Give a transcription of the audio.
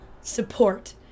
support